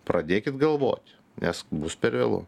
pradėkit galvot nes bus per vėlu